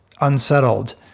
unsettled